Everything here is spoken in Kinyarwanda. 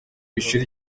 ishuri